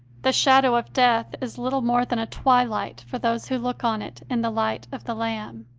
the shadow of death is little more than twi light for those who look on it in the light of the lamb.